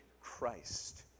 Christ